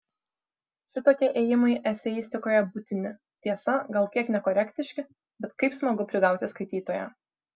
šitokie ėjimai eseistikoje būtini tiesa gal kiek nekorektiški bet kaip smagu prigauti skaitytoją